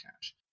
cash